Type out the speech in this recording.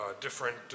different